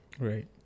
Right